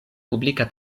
publika